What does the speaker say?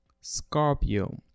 Scorpio